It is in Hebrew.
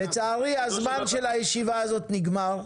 לצערי הזמן של הישיבה הזאת נגמר.